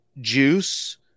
juice